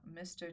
Mr